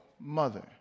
mother